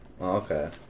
okay